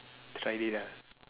tried it ah